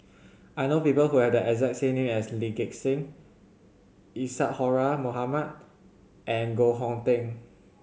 I know people who have the exact name as Lee Gek Seng Isadhora Mohamed and Koh Hong Teng